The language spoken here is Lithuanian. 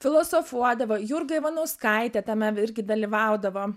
filosofuodavo jurga ivanauskaitė tame irgi dalyvaudavo